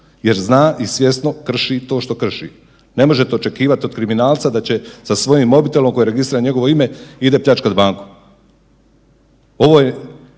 jer zna i svjesno krši to što krši. Ne možete očekivat od kriminalca da će sa svojim mobitelom koji je registriran na njegovo ime, ide pljačkat banku. Ovo je